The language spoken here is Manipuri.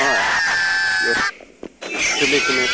ꯍꯥꯏ ꯌꯦꯁ ꯆꯨꯝꯃꯦ ꯆꯨꯝꯃꯦ